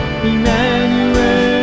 Emmanuel